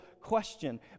question